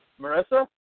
Marissa